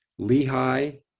Lehi